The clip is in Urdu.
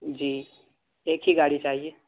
جی ایک ہی گاڑی چاہیے